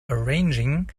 arranging